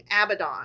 Abaddon